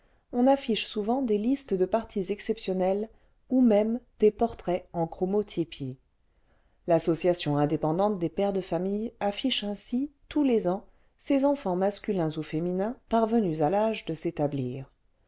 on affiche souvent des listes de partis exceptionnels ou même des portraits en chromotypie l'association indép endante des p ères de famille affiche ainsi tous les ans ses enfants masculins ou féminins parvenus à l'âge de s'établir